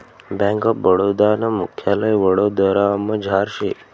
bank of Baroda नं मुख्यालय वडोदरामझार शे